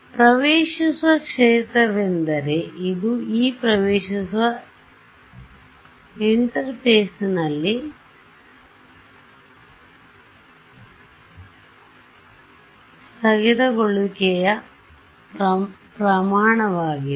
ಪ್ರವೇಶಿಸುವ ಕ್ಷೇತ್ರವೆಂದರೆ ಇದು E ಪ್ರವೆಶಿಸುವ ಇಂಟರ್ಫೇಸ್ನಲ್ಲಿ ಸ್ಥಗಿತಗೊಳ್ಳುವಿಕೆಯ ಪ್ರಮಾಣವಾಗಿದೆ